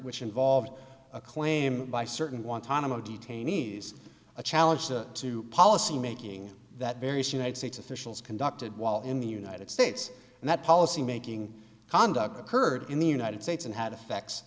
which involved a claim by certain guantanamo detainees a challenge to policymaking that various united states officials conducted while in the united states and that policymaking conduct occurred in the united states and had effects